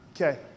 Okay